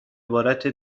عبارت